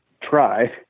try